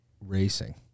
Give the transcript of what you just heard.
racing